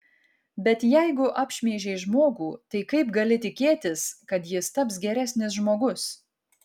bet jeigu apšmeižei žmogų tai kaip gali tikėtis kad jis taps geresnis žmogus